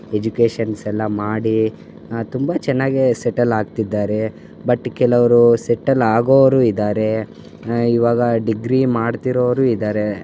educations ಎಲ್ಲ ಮಾಡಿ ಆ ತುಂಬ ಚೆನ್ನಾಗೆ ಸೆಟಲ್ ಆಗ್ತಿದ್ದಾರೆ ಬಟ್ ಕೆಲವರು ಸೆಟಲ್ ಆಗೋರು ಇದ್ದಾರೆ ಇವಾಗ ಡಿಗ್ರಿ ಮಾಡ್ತಿರೋರು ಇದ್ದಾರೆ